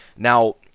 Now